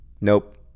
Nope